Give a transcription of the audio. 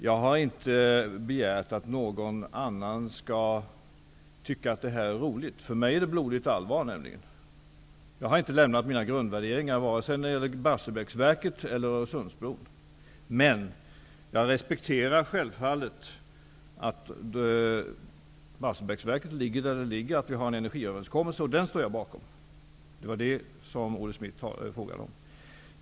Jag har inte begärt att någon annan skall tycka att detta är roligt. För mig är det nämligen blodigt allvar. Jag har inte lämnat mina grundvärderingar vare sig när det gäller Barsebäcksverket eller Öresundsbron. Men jag respekterar självfallet att Barsebäcksverket ligger där det ligger och att vi har en energiöverenskommelse, och den står jag bakom. Det var detta Olle Schmidt frågade om.